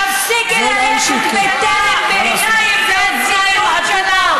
חברת הכנסת סויד, לא ככה מנהלים דיון.